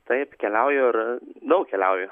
taip keliauju ir daug keliauju